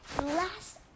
Last